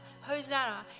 Hosanna